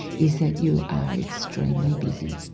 is that you are extremely busy,